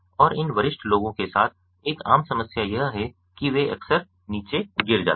और इन वरिष्ठ लोगों के साथ एक आम समस्या यह है कि वे अक्सर नीचे गिर जाते हैं